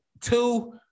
two